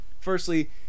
Firstly